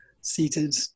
seated